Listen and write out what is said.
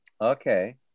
Okay